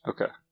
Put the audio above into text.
Okay